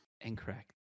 Incorrect